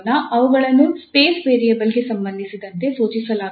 ಅವುಗಳನ್ನು ಸ್ಪೇಸ್ ವೇರಿಯೇಬಲ್ಗೆ ಸಂಬಂಧಿಸಿದಂತೆ ಸೂಚಿಸಲಾಗುತ್ತದೆ